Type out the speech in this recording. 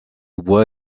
bois